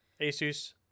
Asus